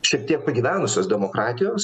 šiek tiek pagyvenusios demokratijos